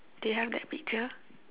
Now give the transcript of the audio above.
do you have that picture